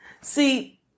See